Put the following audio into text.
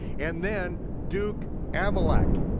and then, duke amalek.